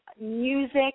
Music